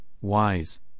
wise